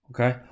Okay